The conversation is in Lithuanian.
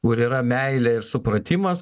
kur yra meilė ir supratimas